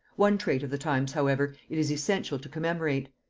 one trait of the times, however, it is essential to commemorate.